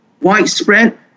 widespread